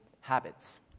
habits